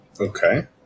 Okay